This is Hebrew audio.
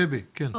דבי, כן.